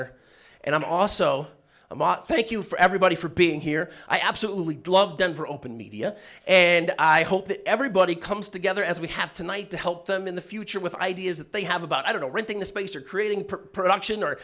or and i'm also a mot thank you for everybody for being here i absolutely love denver open media and i hope that everybody comes together as we have tonight to help them in the future with ideas that they have about i don't know renting the space or creating per production or